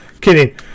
Kidding